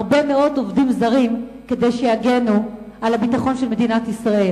הרבה מאוד עובדים זרים כדי שיגנו על הביטחון של מדינת ישראל,